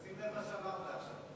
תראה מה אמרת עכשיו.